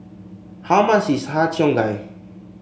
how much is Har Cheong Gai